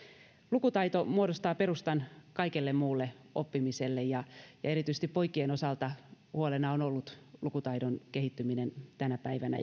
lukutaito muodostaa perustan kaikelle muulle oppimiselle ja erityisesti poikien osalta huolena on ollut lukutaidon kehittyminen tänä päivänä